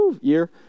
year